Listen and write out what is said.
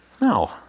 no